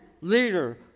leader